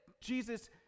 Jesus